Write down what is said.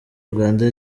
uganda